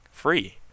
free